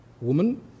woman